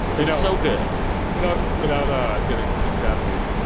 that's so good without without ah getting too sappy,